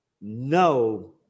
no